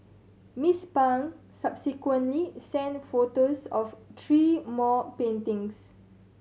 Miss Pang subsequently sent photos of three more paintings